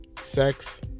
sex